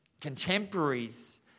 contemporaries